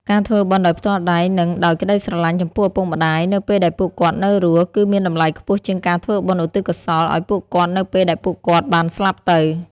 ការធ្វើបុណ្យដោយផ្ទាល់ដៃ និងដោយក្តីស្រឡាញ់ចំពោះឪពុកម្តាយនៅពេលដែលពួកគាត់នៅរស់ គឺមានតម្លៃខ្ពស់ជាងការធ្វើបុណ្យឧទ្ទិសកុសលឲ្យពួកគាត់នៅពេលដែលពួកគាត់បានស្លាប់ទៅ។